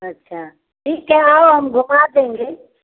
अच्छा ठीक है आओ हम घूमा देंगे